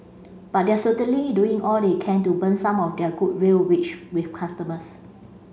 but they're certainly doing all they can to burn some of their goodwill which with customers